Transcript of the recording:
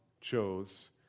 chose